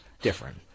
Different